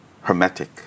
hermetic